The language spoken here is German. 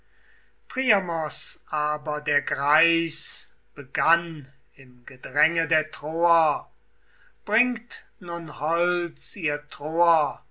priamos aber der greis begann im gedränge der troer bringt nun holz ihr